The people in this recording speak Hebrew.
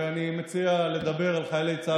ואני מציע לדבר על חיילי צה"ל מתוך,